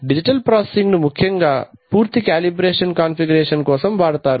digital processing ను ముఖ్యంగా పూర్తి కాలిబ్రేషన్ కాన్ఫిగురేషన్ కోసం వాడతారు